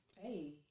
Hey